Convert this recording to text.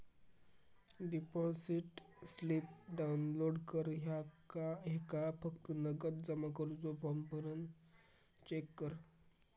deposit slip download कर ह्येका फक्त नगद जमा करुचो फॉर्म भरान चेक कर